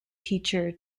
teacher